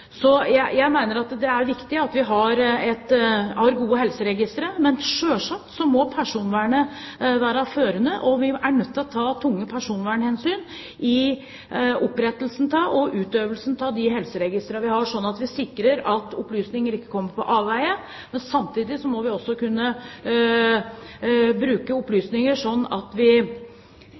Jeg mener at det er viktig at vi har gode helseregistre, men selvsagt må personvernet være førende. Vi er nødt til å ta tunge personvernhensyn i opprettelsen av og utøvelsen av de helseregistrene vi har, slik at vi sikrer at opplysninger ikke kommer på avveie. Men samtidig må vi også kunne bruke opplysninger slik at vi